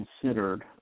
considered